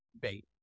bait